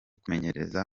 kumenyereza